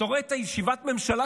אתה רואה את ישיבת הממשלה,